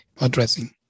addressing